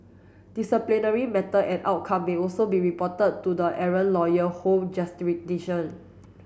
disciplinary matter and outcome may also be reported to the errant lawyer home